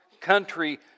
country